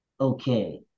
okay